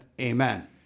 Amen